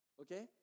okay